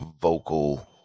vocal